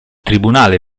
tribunale